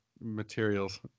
materials